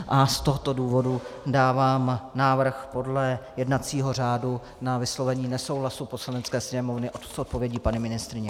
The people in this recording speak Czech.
A z tohoto důvodu dávám návrh podle jednacího řádu na vyslovení nesouhlasu Poslanecké sněmovny s odpovědí paní ministryně.